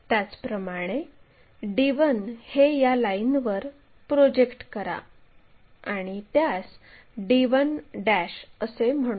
त्याचप्रमाणे d1 हे या लाईनवर प्रोजेक्ट करा आणि त्यास d1 असे म्हणू